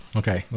okay